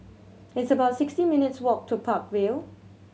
it's about sixty minutes' walk to Park Vale